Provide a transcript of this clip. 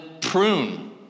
prune